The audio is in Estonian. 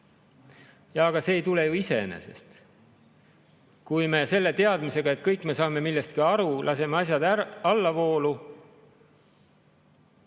Aga see ei tule ju iseenesest. Kui me selle teadmisega, et kõik me saame millestki aru, laseme asjadel allavoolu